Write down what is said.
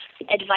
advice